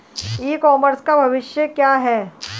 ई commerce का भविष्य क्या है?